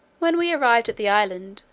when we arrived at the island,